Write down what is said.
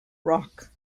rock